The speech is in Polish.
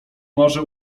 może